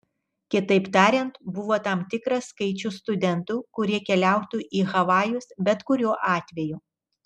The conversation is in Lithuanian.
kitaip tariant buvo tam tikras skaičius studentų kurie keliautų į havajus bet kuriuo atveju